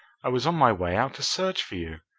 i was on my way out to search for you.